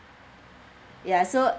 ya so